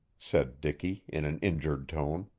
said dicky in an injured tone.